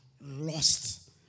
lost